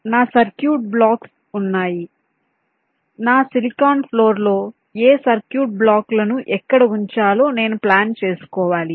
కాబట్టి నా circuit blocks ఉన్నాయి నా సిలికాన్ ఫ్లోర్ లో ఏ సర్క్యూట్ బ్లాకులను ఎక్కడ ఉంచాలో నేను ప్లాన్ చేసుకోవాలి